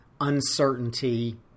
uncertainty